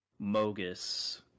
Mogus